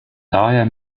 daher